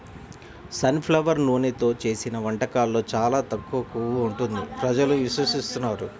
sun flower నూనెతో చేసిన వంటకాల్లో చాలా తక్కువ కొవ్వు ఉంటుంది ప్రజలు విశ్వసిస్తున్నారు